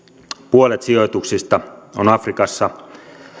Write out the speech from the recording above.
puolet sijoituksista on afrikassa